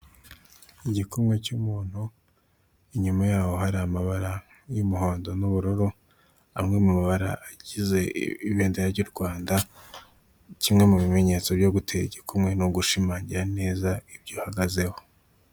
Igikumwe cy'umuntu inyuma yaho hari amabara y'umuhondo n'ubururu, amwe mu bara agize ibendera ry'u Rwanda, kimwe mu bimenyetso byo gutera igikumwe ni ugushimangira neza ibyo uhagazeho.